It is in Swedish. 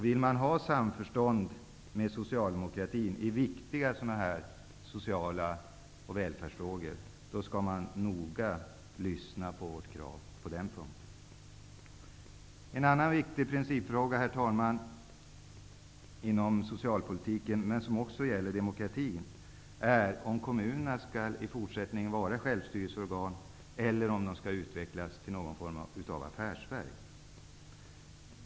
Vill man ha samförstånd med socialdemokratin i sådana här viktiga sociala och välfärdsmässiga frågor, skall man noga lyssna på vårt krav på den punkten. En annan viktig principfråga, herr talman, som gäller socialpolitiken men också demokratin är om kommunerna i fortsättningen skall vara självstyrelseorgan eller skall utvecklas till någon form av affärsverk.